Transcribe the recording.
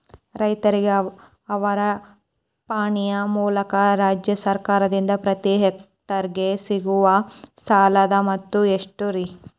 ರೈತರಿಗೆ ಅವರ ಪಾಣಿಯ ಮೂಲಕ ರಾಜ್ಯ ಸರ್ಕಾರದಿಂದ ಪ್ರತಿ ಹೆಕ್ಟರ್ ಗೆ ಸಿಗುವ ಸಾಲದ ಮೊತ್ತ ಎಷ್ಟು ರೇ?